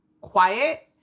quiet